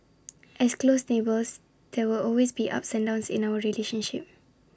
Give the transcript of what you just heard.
as close neighbours there will always be ups and downs in our relationship